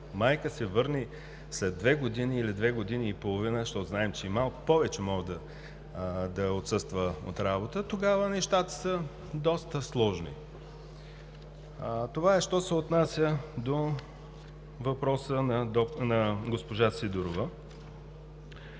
майка се върне след две или след две години и половина, защото знаем, че малко повече може да отсъства от работа, тогава нещата са доста сложни. Това е що се отнася до въпроса на госпожа Сидорова.